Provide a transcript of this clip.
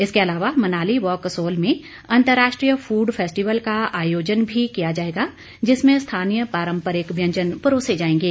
इसके अलावा मनाली व कसोल में अंतर्राष्ट्रीय फूड फैस्टिवल का आयोजन भी किया जाएगा जिसमें स्थानीय पारम्परिक व्यंजन परोसे जाएंगे